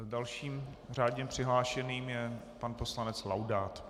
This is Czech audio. Dalším řádně přihlášeným je pan poslanec Laudát.